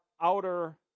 outer